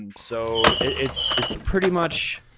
and so it's it's pretty much,